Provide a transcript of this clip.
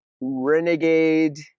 Renegade